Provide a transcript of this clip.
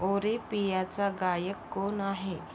ओ रे पियाचा गायक कोण आहे